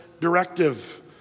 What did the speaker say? directive